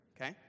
okay